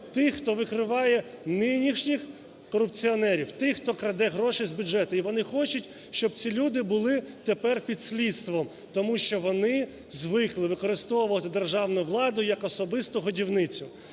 тих, хто викриває нинішніх корупціонерів, тих, хто краде гроші з бюджету. І вони хочуть, щоб ці люди були тепер під слідством, тому що вони звикли використовувати державну владу як особисту годівницю.